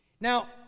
Now